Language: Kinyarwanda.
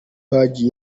paji